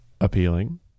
appealing